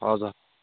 हजुर